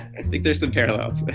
i think there's some parallels